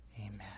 amen